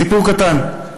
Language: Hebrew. סיפור קטן,